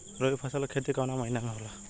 रवि फसल के खेती कवना महीना में होला?